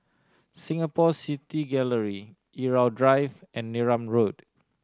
Singapore City Gallery Irau Drive and Neram Road